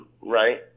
right